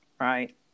Right